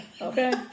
Okay